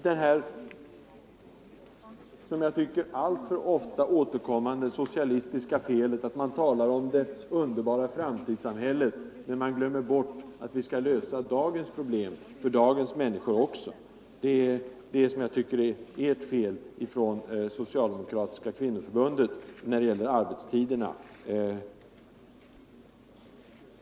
Det är det alltför vanliga socialistiska felet, att man talar om det underbara framtidssamhället, men glömmer bort att vi också skall lösa dagens problem för dagens människor. Det är vad det socialdemokratiska kvinnoförbundet har gjort när det gäller arbetstiderna.